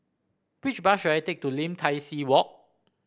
which bus should I take to Lim Tai See Walk